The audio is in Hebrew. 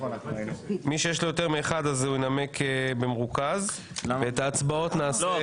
מי שיש לו יותר מאחד הוא ינמק במרוכז ואת ההצבעות נעשה --- לא,